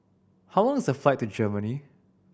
how long is the flight to Germany